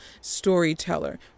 storyteller